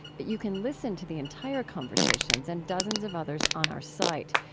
but you can listen to the entire conversations and dozens of others on our site.